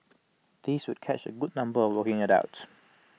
this would catch A good number working adults